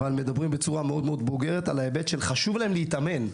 אבל מדברים בצורה בוגרת מאוד על ההיבט הזה שחשוב להם להתאמן.